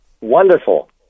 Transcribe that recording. Wonderful